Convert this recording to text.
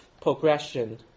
progression